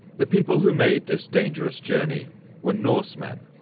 the people who made this dangerous journey were norsemen,